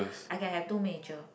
I can have two major